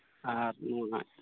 ᱟᱨ ᱚᱱᱟ